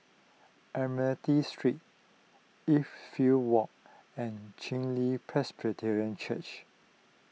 Admiralty Street Edgefield Walk and Chen Li Presbyterian Church